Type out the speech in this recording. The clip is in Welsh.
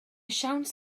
siawns